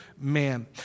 man